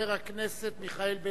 חבר הכנסת מיכאל בן-ארי.